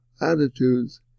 attitudes